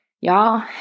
Y'all